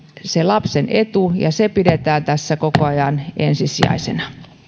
se lapsen etu ja se pidetään tässä koko ajan ensisijaisena